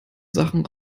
sachen